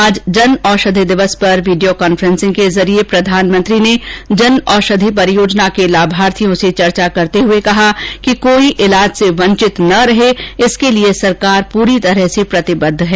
आज जन औषधि दिवस पर वीडियो कांफ्रेसिंग के जरिये प्रधानमंत्री ने जन औषधि परियोजना के लाभार्थियों से चर्चा करते हुए कहा कि कोई इलाज से वंचित न रहे इसके लिए सरकार पूरी तरह से प्रतिबद्ध है